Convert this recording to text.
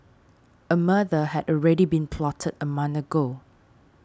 a murder had already been plotted a month ago